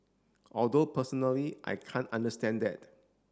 although personally I can't understand that